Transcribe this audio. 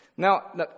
Now